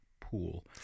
pool